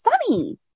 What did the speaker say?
Sunny